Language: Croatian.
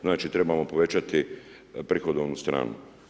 Znači, trebamo povećati prihodovnu stranu.